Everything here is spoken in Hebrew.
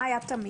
מה היה תמיד?